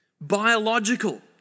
biological